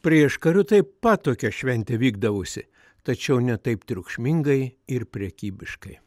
prieškariu taip pat tokia šventė vykdavusi tačiau ne taip triukšmingai ir prekybiškai